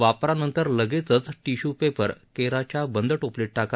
वापरानंतर लगेचच टिश्य्पेपर केराच्या बंद टोपलीत टाका